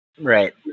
Right